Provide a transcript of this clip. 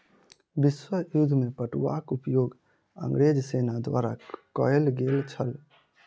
विश्व युद्ध में पटुआक उपयोग अंग्रेज सेना द्वारा कयल गेल छल